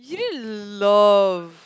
you didn't love